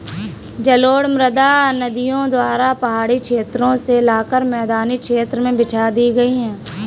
जलोढ़ मृदा नदियों द्वारा पहाड़ी क्षेत्रो से लाकर मैदानी क्षेत्र में बिछा दी गयी है